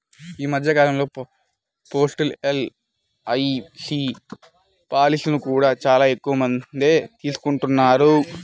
ఈ మధ్య కాలంలో పోస్టల్ ఎల్.ఐ.సీ పాలసీలను కూడా చాలా ఎక్కువమందే తీసుకుంటున్నారు